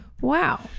wow